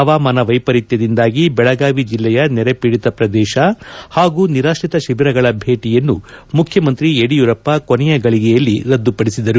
ಹವಾಮಾನ ವೈಪರಿತ್ವದಿಂದಾಗಿ ಬೆಳಗಾವಿ ಜಿಲ್ಲೆಯ ನೆರೆಪೀಡಿತ ಪ್ರದೇಶ ಹಾಗೂ ನಿರಾತ್ರಿತ ಶಿಬಿರಗಳ ಭೇಟಿಯನ್ನು ಮುಖ್ಯಮಂತ್ರಿ ಯಡಿಯೂರಪ್ಪ ಕೊನೆಯ ಗಳಿಗೆಯಲ್ಲಿ ರದ್ದುಪಡಿಸಿದರು